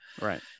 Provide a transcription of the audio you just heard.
Right